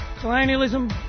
colonialism